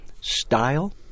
style